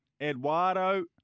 Eduardo